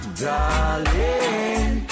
darling